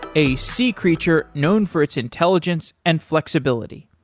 a sea creature known for its intelligence and flexibility.